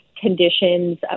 conditions